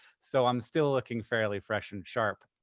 so i'm still looking fairly fresh and sharp.